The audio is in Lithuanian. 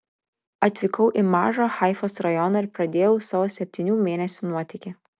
atvykau į mažą haifos rajoną ir pradėjau savo septynių mėnesių nuotykį